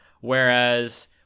whereas